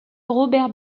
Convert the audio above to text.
robert